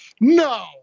No